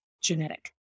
genetic